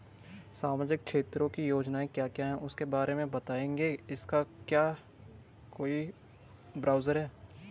सामाजिक क्षेत्र की योजनाएँ क्या क्या हैं उसके बारे में बताएँगे इसका क्या कोई ब्राउज़र है?